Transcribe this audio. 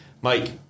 Mike